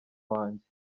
wanjye